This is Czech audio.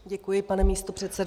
Děkuji, pane místopředsedo.